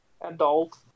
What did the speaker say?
Adult